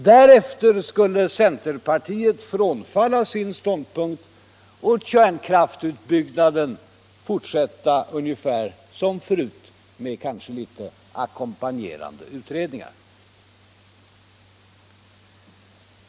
Därefter skulle centerpartiet frånfalla sin ståndpunkt och kärnkraftsutbyggnaden fortsätta ungefär som förut — kanske med litet ackompanjerande utredningar.